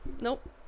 Nope